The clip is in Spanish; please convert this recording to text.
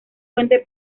fuente